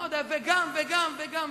וגם וגם וגם.